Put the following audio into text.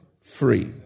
free